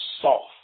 soft